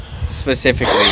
specifically